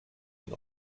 den